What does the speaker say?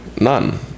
None